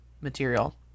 material